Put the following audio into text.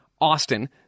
Austin